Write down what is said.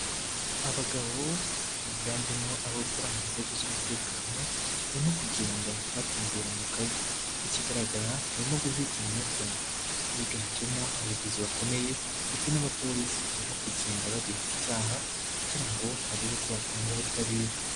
Abagabo biganjemo abokora mu nzego z'umutekano, barimo kugenda batembera mu kagi, ikigaragara barimo guhiga umunyabyaha, biganjemo abayobozi bakomeye ndetse n'abapolisi, barimo kugenda bagenza icyaha kugira ngo barebe ko batanga ubutabera.